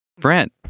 Brent